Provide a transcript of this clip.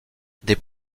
des